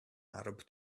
arab